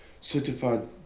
certified